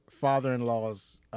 father-in-law's